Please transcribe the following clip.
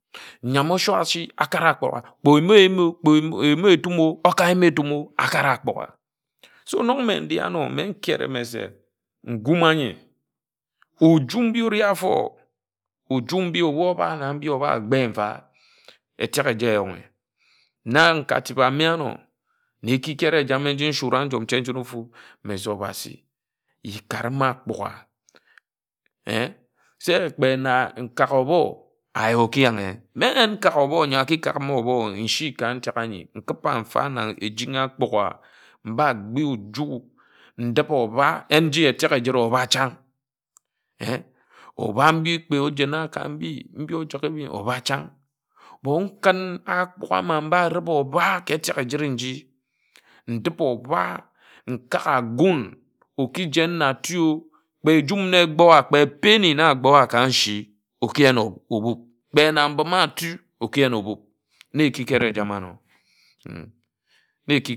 Nyam ōso ashi akak ágbugha kpe oyim oyim o kpe oyim etum o oka yim etum o so nok mme nde ano mme nkere se nkūm ányi oju mbi ori áfo oju mbi ebu oba na mbi oba gbe mfa etek eje éyonghe na nka tip ame ano na ekikere ejame nji ejame nji nshura njom te ejud ofu mme se obhasi ye kare mme ágbugha eh se na nkak ȯbo aya oki yanghe. mme nyen nkak ōbo ńyor aki kak me ȯbo nshi ka ntek ńyi nkiba mfa na echiń āgbugha mbȧ gbe oju ndip óba yen nji etek ejira ōba chan̄ eh ōba mbi kpe ojena ka mbi nji ojak ebin̄ ȯba chan̄ but nkun ágbugha áma mbá rib oba ka etek ejiri nji ndip óba nkak ȧgūn oki jen na átu o kpe ejum na ēgbo a kpe penny ākpo a ka nshi oki yen ōbub kpe na mbim atu oki yen obub na ekikere ejama ano.